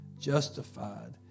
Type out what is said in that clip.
justified